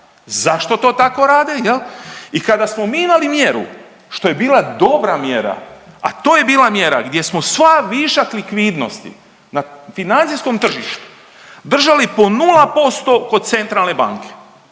zašto to tako rade i kada smo mi imali mjeru što je bila dobra mjera, a to je bila mjera gdje smo sav višak likvidnosti na financijskom tržištu držali po 0% kod centralne banke,